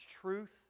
truth